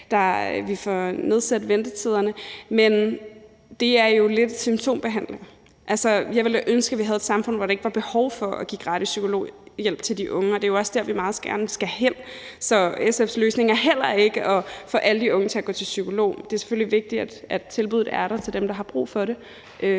vi får nedsat ventetiderne. Men det er jo lidt en symptombehandling. Altså, jeg ville da ønske, at vi havde et samfund, hvor der ikke var behov for at give gratis psykologhjælp til de unge, og det er jo også der, vi meget gerne skal hen. Så SF's løsning er heller ikke at få alle de unge til at gå til psykolog. Det er selvfølgelig vigtigt, at tilbuddet er der til dem, der har brug for det,